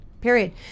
period